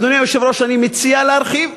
אדוני היושב-ראש, אני מציע להרחיב.